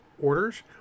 orders